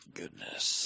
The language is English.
goodness